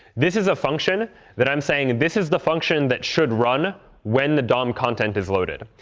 this is a function that i'm saying, and this is the function that should run when the dom content is loaded.